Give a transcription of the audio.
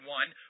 one